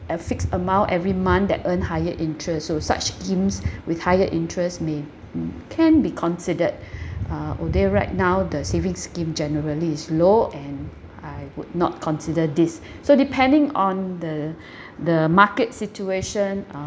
a fixed amount every month that earn higher interest so such schemes with higher interest may m~ can be considered uh although right now the saving scheme generally is low and I would not consider this so depending on the the market situation